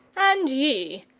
and ye,